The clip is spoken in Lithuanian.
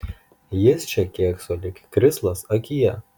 jis čia kėkso lyg krislas akyje